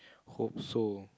hope so